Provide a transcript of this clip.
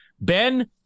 Ben